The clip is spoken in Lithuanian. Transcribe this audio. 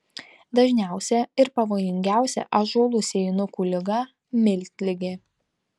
dažniausia ir pavojingiausia ąžuolų sėjinukų liga miltligė